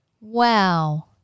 Wow